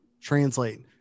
translate